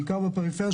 בעיקר בפריפריה,